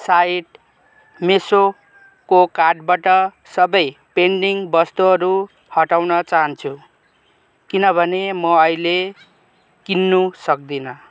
site मिसोको कार्टबाट सबै पेन्डिङ वस्तुहरू हटाउन चाहन्छु किनभने म अहिले किन्न सक्दिन